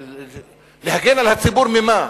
להגן על הציבור ממה?